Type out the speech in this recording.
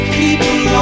people